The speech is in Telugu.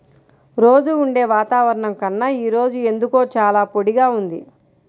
రోజూ ఉండే వాతావరణం కన్నా ఈ రోజు ఎందుకో చాలా పొడిగా ఉంది